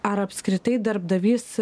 ar apskritai darbdavys